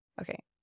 Okay